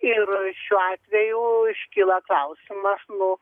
ir šiuo atveju iškyla klausimas nu